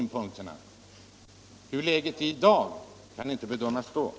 Men hur läget blir då kan inte bedömas i dag.